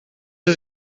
els